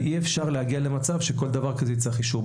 אי אפשר להגיע למצב שכל דבר כזה יצטרך אישור.